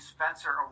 Spencer